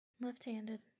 Left-handed